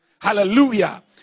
Hallelujah